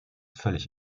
völlig